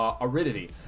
aridity